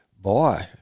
boy